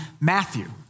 Matthew